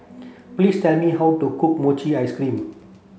please tell me how to cook Mochi Ice Cream